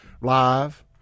Live